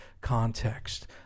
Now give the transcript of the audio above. context